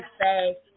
say